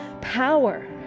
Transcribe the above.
Power